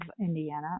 Indiana